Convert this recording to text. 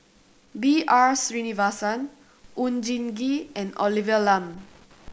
B R Sreenivasan Oon Jin Gee and Olivia Lum